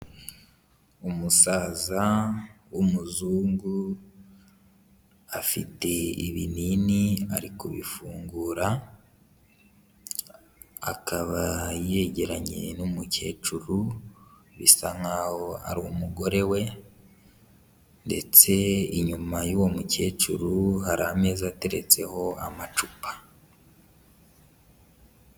Umusaza w'umuzungu afite ibinini ari kubifungura, akaba yegeranye n'umukecuru bisa nkaho ari umugore we ndetse inyuma y'uwo mukecuru, hari ameza ateretseho amacupa.